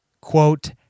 quote